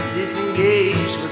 disengaged